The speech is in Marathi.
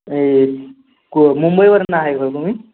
को मुंबईवरनं आहे का तुम्ही